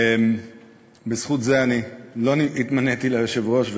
בזכות זה אני לא התמניתי ליושב-ראש,